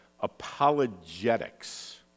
apologetics